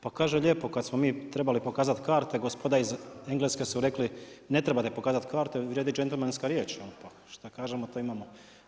Pa kaže lijepo kad smo mi trebali pokazat karte gospoda iz Engleske su rekli ne trebate pokazat karte, vrijedi džentlmenska riječ, pa šta kažemo to imamo.